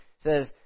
says